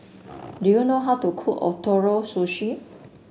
do you know how to cook Ootoro Sushi